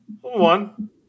One